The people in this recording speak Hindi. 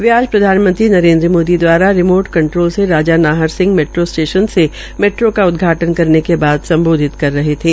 वे आज आज प्रधानमंत्री नरेन्द्र मोदी द्वारा रिमोट कंट्रोल से राजा नाहर सिंह मेट्रो का उदघाटन् करने के बाद सम्बोधित करते रहे थे